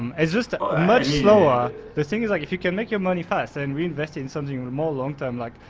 and it's just much slower. the thing is, like, if you can make your money fast, and we invest in something more long term, like,